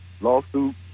lawsuit